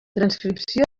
transcripció